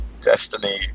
Destiny